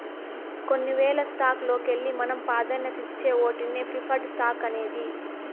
కొన్ని వేల స్టాక్స్ లోకెల్లి మనం పాదాన్యతిచ్చే ఓటినే ప్రిఫర్డ్ స్టాక్స్ అనేది